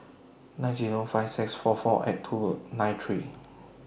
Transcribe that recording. nine Zero five six four four eight two nine three